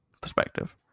perspective